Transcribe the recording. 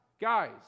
guys